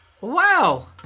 wow